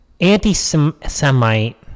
Anti-Semite